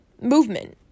movement